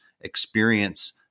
experience